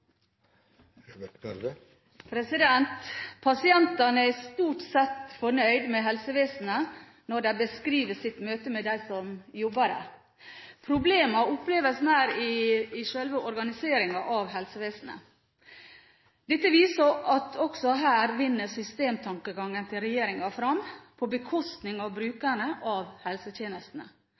gått. Pasientene er stort sett fornøyd med helsevesenet når de beskriver sitt møte med dem som jobber der. Problemene oppleves mer i sjølve organiseringen av helsevesenet. Dette viser at regjeringens systemtankegang vinner fram også her – på bekostning av brukerne av helsetjenestene.